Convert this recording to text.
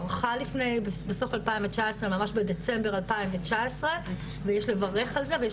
בסוף 2019 ממש בדצמבר 2019 ויש לברך על זה ויש